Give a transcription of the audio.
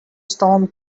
storm